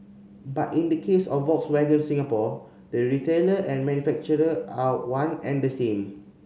but in the case of Volkswagen Singapore the retailer and manufacturer are one and the same